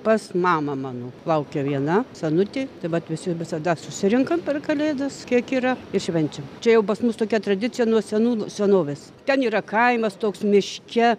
pas mamą mano laukia viena senutė tai vat visi visada susirenkam per kalėdas kiek yra ir švenčiam čia jau pas mus tokia tradicija nuo senų senovės ten yra kaimas toks miške